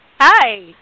Hi